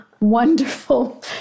Wonderful